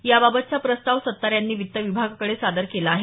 याबाबतचा प्रस्ताव सत्तार यांनी वित्त विभागाकडे सादर केला आहे